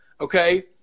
okay